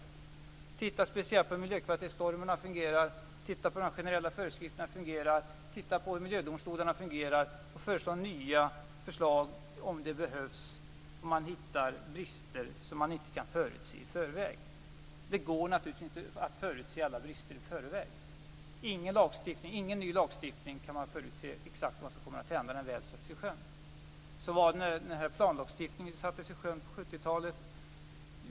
Den tittar speciellt på hur miljökvalitetsnormerna fungerar, hur de generella föreskrifterna fungerar och hur miljödomstolarna fungerar och kommer med nya förslag om det behövs, om man hittar brister som man inte kunnat förutse i förväg. Det går naturligtvis inte att förutse alla brister i förväg. Inte i någon ny lagstiftning kan man förutse exakt vad som kommer att hända när den väl satts i sjön. Så var det när planlagstiftningen sattes i sjön på 70-talet.